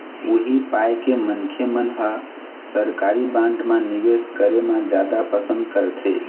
उही पाय के मनखे मन ह सरकारी बांड म निवेस करे म जादा पंसद करथे